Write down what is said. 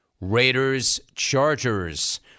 Raiders-Chargers